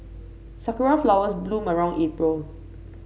sakura flowers bloom around April